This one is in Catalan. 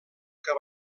que